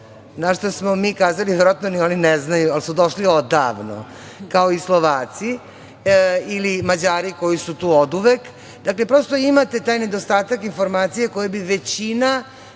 Na šta smo mi kazali verovatno ni oni ne znaju, ali su došli odavno, kao i Slovaci ili Mađari koji su tu oduvek. Dakle, prosto imate taj nedostatak informacija koje bi većina